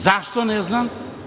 Zašto, ne znam.